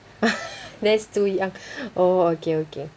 that's too young oh okay okay